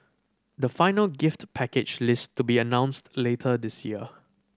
the final gift package list to be announced later this year